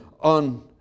on